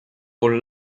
con